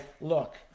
look